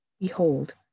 Behold